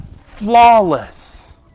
flawless